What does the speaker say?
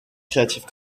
creative